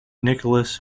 nicholas